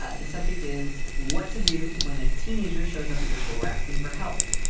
ah the subject is what to do when a teenager shows up at your door asking for help.